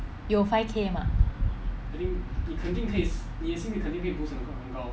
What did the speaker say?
有 five K mah